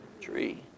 tree